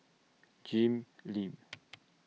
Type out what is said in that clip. Jim Lim